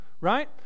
right